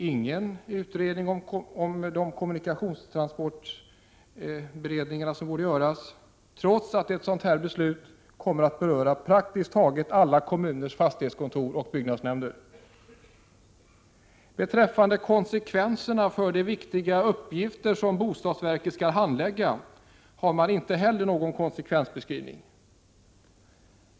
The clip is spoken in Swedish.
Ingen kommunikationsteknisk utredning har tagits fram trots att det här beslutet bl.a. kommer att beröra praktiskt taget alla andra kommuners fastighetskontor och byggnadsnämnder. Beträffande konsekvenserna för de viktiga uppgifter som bostadsverket skall handlägga finns det inte heller någon beskrivning.